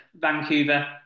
Vancouver